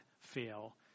fail